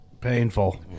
Painful